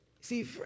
See